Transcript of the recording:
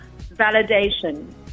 validation